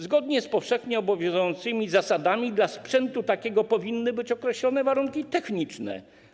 Zgodnie z powszechnie obowiązującymi zasadami dla sprzętu takiego powinny być określone warunki techniczne.